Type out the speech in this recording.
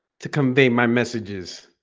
to convey my messages